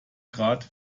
grad